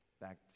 back